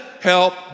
help